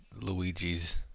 Luigi's